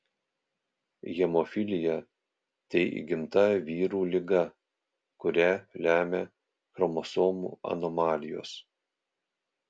hemofilija tai įgimta vyrų liga kurią lemia chromosomų anomalijos